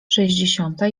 sześćdziesiąta